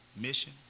Mission